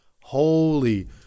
Holy